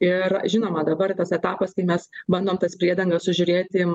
ir žinoma dabar tas etapas kai mes bandom tas priedangas sužiūrėti